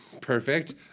Perfect